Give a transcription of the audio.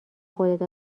خودت